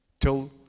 till